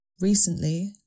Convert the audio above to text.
Recently